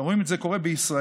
כשרואים את זה קורה בישראל.